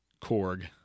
Korg